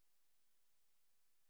ಏನು ಫಂಕ್ಷನ್ ಇದೆಯಾ ಮನೆಯಲ್ಲಿ